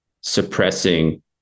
suppressing